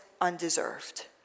undeserved